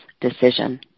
decision